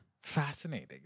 fascinating